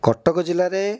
କଟକ ଜିଲ୍ଲାରେ